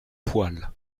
poil